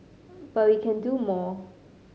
but we can do more